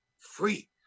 free